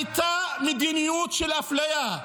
הייתה מדיניות של אפליה,